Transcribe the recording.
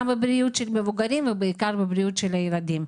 גם בבריאות של מבוגרים ובעיקר בבריאות של ילדים.